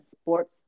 sports